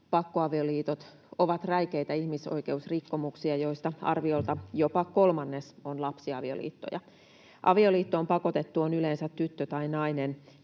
Pakkoavioliitot ovat räikeitä ihmisoikeusrikkomuksia, joista arviolta jopa kolmannes on lapsiavioliittoja. Avioliittoon pakotettu on yleensä tyttö tai nainen.